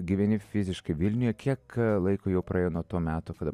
gyveni fiziškai vilniuje kiek laiko jau praėjo nuo to meto kada